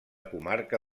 comarca